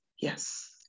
yes